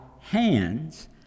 hands